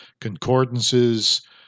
concordances